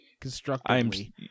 constructively